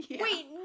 Wait